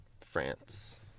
France